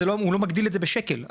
הוא לא מגדיל את זה בשקל,